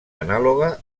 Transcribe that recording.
anàloga